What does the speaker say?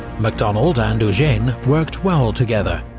macdonald and eugene worked well together,